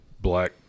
black